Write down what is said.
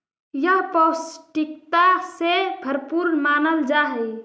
यह पौष्टिकता से भरपूर मानल जा हई